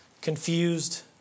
confused